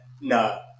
no